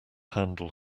handle